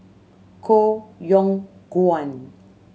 Koh Yong Guan